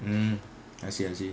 mm I see I see